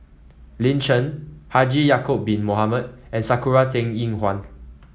Lin Chen Haji Ya'acob Bin Mohamed and Sakura Teng Ying Hua